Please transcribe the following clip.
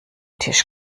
tisch